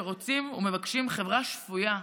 שרוצים ומבקשים חברה שפויה,